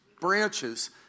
branches